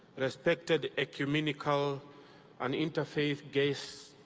respected ecumenical and interfaith guests,